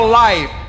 life